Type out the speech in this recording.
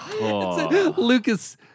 Lucas